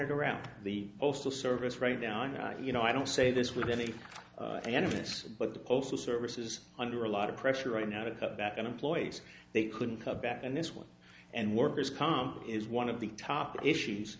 to go around the postal service right now and you know i don't say this with any benefits but the postal service is under a lot of pressure right now to cut back on employees they couldn't cut back and this one and worker's comp is one of the top issues